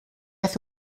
hace